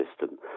system